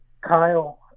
Kyle